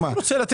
יש לו נכדים.